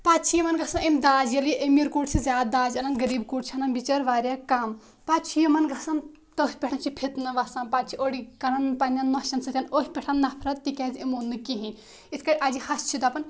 پَتہٕ چھِ یِمَن گژھان أمۍ داجہٕ ییٚلہِ یہِ امیٖر کوٗر چھِ زیادٕ داج اَنان غریٖب کوٗر چھےٚ اَنان بِچٲرۍ واریاہ کَم پَتہٕ چھِ یِمَن گژھان تٔتھۍ پٮ۪ٹھ چھِ فِتنہٕ وَسان پَتہٕ چھِ أڑٕے کران پنٛنٮ۪ن نوٚشَن سۭتۍ أتھۍ پٮ۪ٹھ نفرت تِکیٛازِ أمۍ اوٚن نہٕ کِہیٖنۍ یِتھ کَنہِ اَجہِ ہشہٕ چھِ دَپان